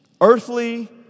earthly